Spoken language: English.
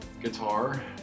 Guitar